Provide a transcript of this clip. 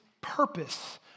purpose